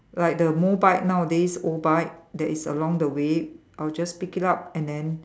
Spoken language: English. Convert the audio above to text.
like the Mobike nowadays O bike that is along the way I'll just pick it up and then